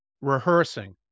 rehearsing